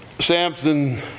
Samson